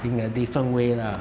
in a different way lah